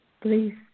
please